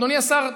אדוני השר,